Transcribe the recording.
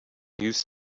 used